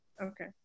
Okay